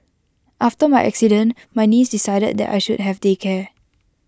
after my accident my niece decided that I should have day care